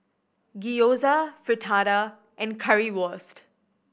Gyoza Fritada and Currywurst